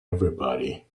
everybody